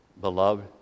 beloved